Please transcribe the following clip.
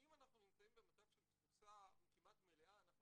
אם אנחנו נמצאים במצב של תפוסה כמעט מלאה אנחנו